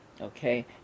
Okay